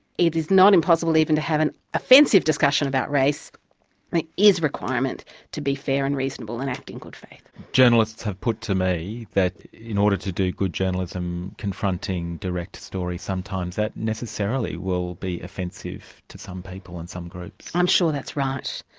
it is not impossible even to have an offensive discussion about race. it is requirement to be fair and reasonable and act in good faith. journalists have put to me that, in order to do good journalism, confronting direct story, sometimes that necessarily will be offensive to some people and some groups. i'm sure that's right.